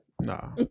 No